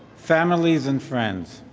families, and friends,